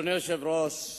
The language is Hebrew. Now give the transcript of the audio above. אדוני היושב-ראש,